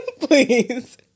please